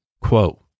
quote